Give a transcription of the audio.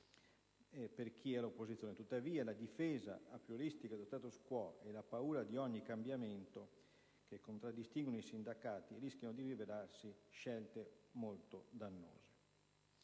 per chi è all'opposizione; tuttavia la difesa aprioristica dello "*status quo*" e la paura di ogni cambiamento, che contraddistinguono i sindacati rischiano di rivelarsi scelte molto dannose.